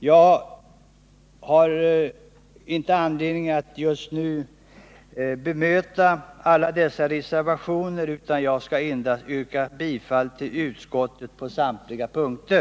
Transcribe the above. Jag har inte anledning att just nu bemöta alla dessa reservationer, utan jag skall endast yrka bifall till utskottets hemställan på samtliga punkter.